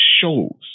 shows